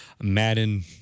Madden